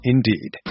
Indeed